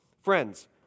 Friends